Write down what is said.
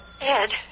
Ed